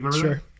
sure